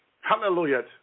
Hallelujah